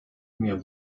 mir